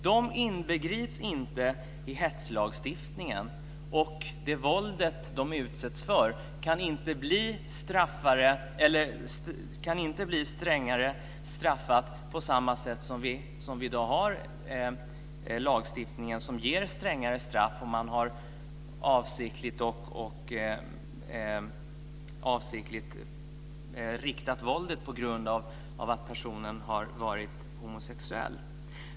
Dessa människor inbegrips inte i hetslagstiftningen, och det våld som de utsätts för kan inte leda till strängare straff på samma sätt som den lagstiftning som vi har i dag som innebär strängare straff om våldet avsiktligt riktas mot personer för att de är homosexuella.